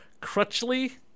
Crutchley